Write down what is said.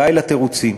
די לתירוצים.